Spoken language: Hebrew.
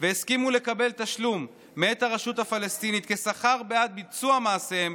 והסכימו לקבל תשלום מאת הרשות הפלסטינית כשכר בעד ביצוע מעשיהם,